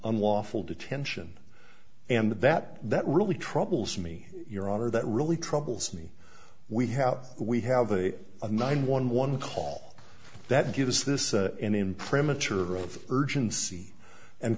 unlawful detention and that that really troubles me your honor that really troubles me we have we have a nine one one call that gives this an imprimatur of urgency and